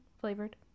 flavored